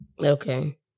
Okay